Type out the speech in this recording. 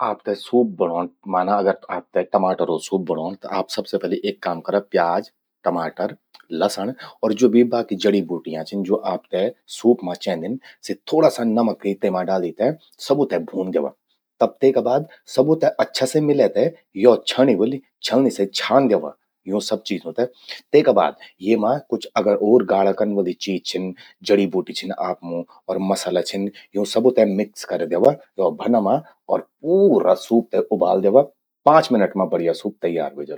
आपते सूप बणौण, माना अगर आपते टमाटरो सूप बणौण, त आप सबसे पलि एक काम करा। प्याज, टमाटर, लसण अर ज्वो भी बाकी जड़ी बूटियां छिन, ज्वो आपते सूप मां चेंदिन। सि थोड़ा सा नमक भी तेमा डाली ते सबूं ते भून द्यावा। तब तेका बाद सबु ते अच्छा से मिलै ते यो छणि वलि। छणि से छान द्यवा यूं सब चीजों ते। तेका बाद येमा कुछ अगर और गाढ़ा कन वलि चीज छिन, जड़ी बूटि छिन आपमू अर मसाला छिन। यूं सबु ते मिक्स कर द्यवा यो भन्ना मां और पूरा सूप से उबाल द्यवा। पांच मिनट मां बढ़िया सूप तैयार व्हे जलु।